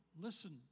listen